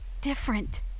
different